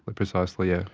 but precisely, yeah